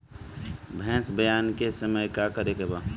भैंस ब्यान के समय का करेके बा?